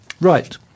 Right